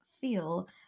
feel